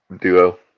duo